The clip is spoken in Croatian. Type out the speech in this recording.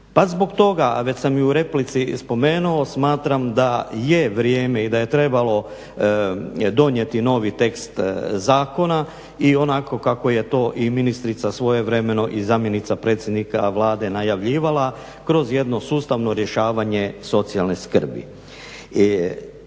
Pa zbog toga već sam i u replici spomenuo smatram da je vrijeme i da je trebalo donijeti novi tekst zakona i onako kako je to i ministrica svojevremeno i zamjenica predsjednika Vlade najavljivala kroz jedno sustavno rješavanje socijalne skrbi.